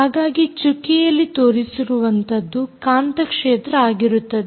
ಹಾಗಾಗಿ ಚುಕ್ಕೆಯಲ್ಲಿ ತೋರಿಸಿರುವಂತದ್ದು ಕಾಂತ ಕ್ಷೇತ್ರ ಆಗಿರುತ್ತದೆ